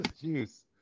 juice